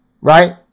right